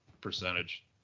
percentage